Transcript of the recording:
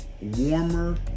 warmer